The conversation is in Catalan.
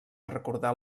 recordar